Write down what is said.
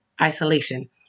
isolation